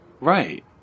Right